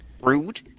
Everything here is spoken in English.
rude